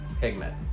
pigment